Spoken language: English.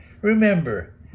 Remember